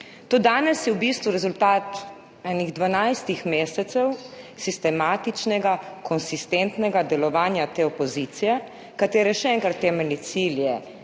To danes je v bistvu rezultat 12 mesecev sistematičnega, konsistentnega delovanja te opozicije, katere, še enkrat, temeljni cilj